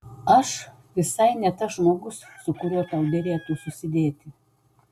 aš visai ne tas žmogus su kuriuo tau derėtų susidėti